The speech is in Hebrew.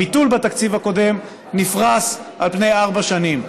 הביטול בתקציב הקודם נפרס על פני ארבע שנים.